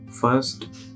First